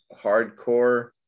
hardcore